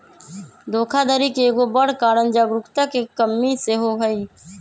धोखाधड़ी के एगो बड़ कारण जागरूकता के कम्मि सेहो हइ